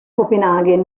copenaghen